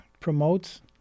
promotes